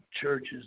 churches